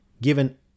given